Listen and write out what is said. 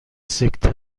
سکته